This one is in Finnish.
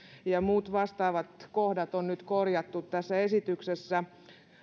ja muut vastaavat kohdat on nyt korjattu tässä esityksessä